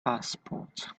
passport